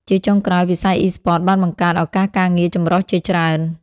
ជាចុងក្រោយ វិស័យអុីស្ព័តបានបង្កើតឱកាសការងារចម្រុះជាច្រើន។